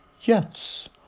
Yes